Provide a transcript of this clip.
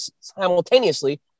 simultaneously